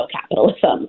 capitalism